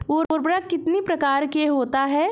उर्वरक कितनी प्रकार के होता हैं?